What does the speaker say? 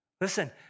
Listen